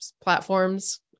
platforms